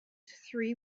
three